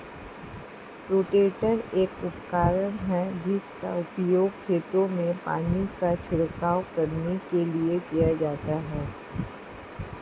rotator एक उपकरण है जिसका उपयोग खेतों में पानी का छिड़काव करने के लिए किया जाता है